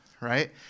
right